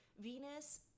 Venus